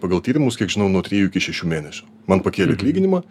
pagal tyrimus kiek žinau nuo trijų iki šešių mėnesių man pakėlė atlyginimą